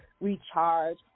recharge